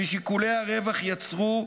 ששיקולי הרווח יצרו,